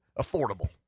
affordable